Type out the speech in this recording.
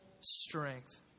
strength